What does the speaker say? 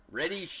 ready